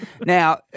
Now